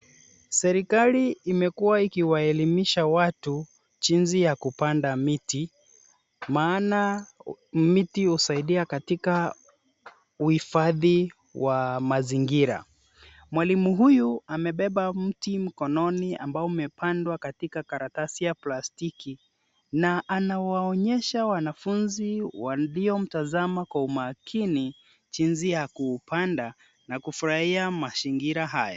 Serikali imekuwa ikiwaelimisha watu jinsi ya kupanda miti, maana miti husaidia katika uhifadhi wa mazingira. Mwalimu huyu amebeba mti mkononi ambao umepandwa katika karatasi ya plastiki na anawaonyesha wanafunzi, wanaomtazama kwa umakini, jinsi ya kupanda na kufurahia mazingira haya.